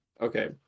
Okay